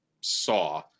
saw